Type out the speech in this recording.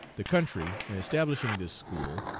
the country, in establishing this school,